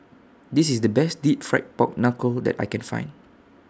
This IS The Best Deep Fried Pork Knuckle that I Can Find